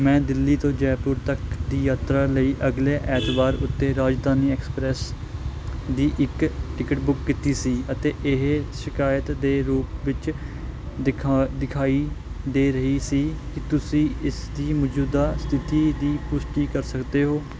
ਮੈਂ ਦਿੱਲੀ ਤੋਂ ਜੈਪੁਰ ਤੱਕ ਦੀ ਯਾਤਰਾ ਲਈ ਅਗਲੇ ਐਤਵਾਰ ਉੱਤੇ ਰਾਜਧਾਨੀ ਐਕਸਪ੍ਰੈਸ ਦੀ ਇੱਕ ਟਿਕਟ ਬੁੱਕ ਕੀਤੀ ਸੀ ਅਤੇ ਇਹ ਸ਼ਿਕਾਇਤ ਦੇ ਰੂਪ ਵਿੱਚ ਦਿਖ ਦਿਖਾਈ ਦੇ ਰਹੀ ਸੀ ਕੀ ਤੁਸੀਂ ਇਸ ਦੀ ਮੌਜੂਦਾ ਸਥਿਤੀ ਦੀ ਪੁਸ਼ਟੀ ਕਰ ਸਕਦੇ ਹੋ